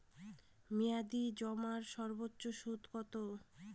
মেয়াদি জমার সর্বোচ্চ সুদ কতো?